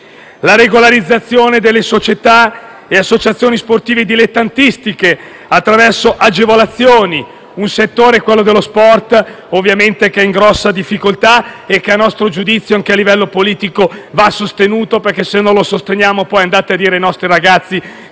la regolarizzazione delle società e associazioni sportive dilettantistiche attraverso agevolazioni: un settore, quello dello sport, che è in grande difficoltà e che, a nostro giudizio, anche a livello politico va sostenuto. Se non lo sosteniamo, infatti, poi andate voi a dire ai nostri ragazzi che